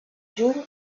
juny